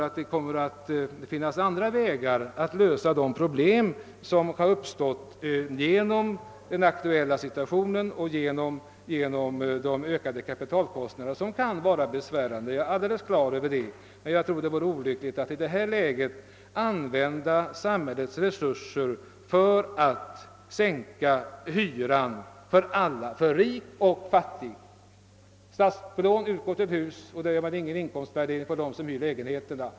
Jag tror det kommer att finnas andra vägar att lösa de problem som uppstått på grund av den aktuella situationen och på grund av de ökande kapitalkostnaderna. Dessa kan vålla besvär, det har jag fullkomligt klart för mig, men jag tror det vore olyckligt att i detta läge använda samhällets resurser för att sänka hyran för alla, rika och fattiga. Statslån utgår i många fall och det finns ingen inkomstspärr för dem som utnyttjar lägenheterna.